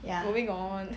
moving on